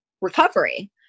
recovery